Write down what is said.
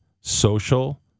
social